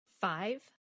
Five